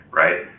right